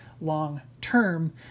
long-term